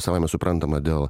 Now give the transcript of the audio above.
savaime suprantama dėl